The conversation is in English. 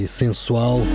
sensual